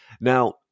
Now